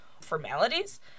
formalities